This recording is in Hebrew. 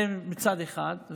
זה מצד אחד.